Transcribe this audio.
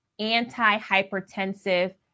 antihypertensive